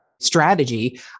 strategy